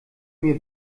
mir